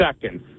seconds